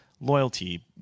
loyalty